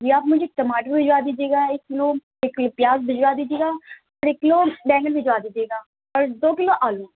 جی آپ مجھے ٹماٹر بھجوا دیجیے گا ایک کلو ایک کلو پیاز بھجوا دیجیے گا اور ایک کلو بیگن بھجوا دیجیے گا اور دو کلو آلو